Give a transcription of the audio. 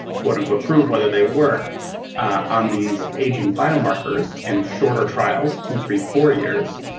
quote unquote prove whether they work on these aging biomarkers in shorter trials, two three, four years,